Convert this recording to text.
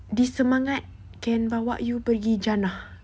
the semangat can bawa you pergi jannah